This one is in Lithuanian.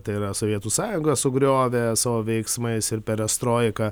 tai yra sovietų sąjungą sugriovė savo veiksmais ir perestroika